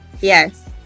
Yes